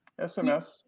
SMS